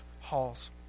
halls